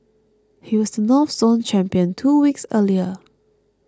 he was the North Zone champion two weeks earlier